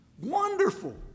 Wonderful